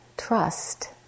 trust